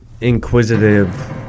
inquisitive